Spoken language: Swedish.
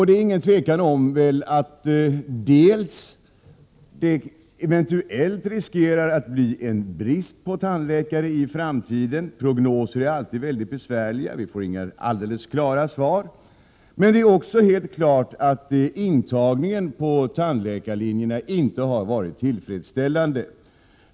Det är inget tvivel om att vi riskerar att få brist på tandläkare i framtiden — prognoserna är visserligen väldigt besvärliga, och man får aldrig helt klara svar. Klart är dock att intagningen till tandläkarlinjerna inte har varit tillfredsställande.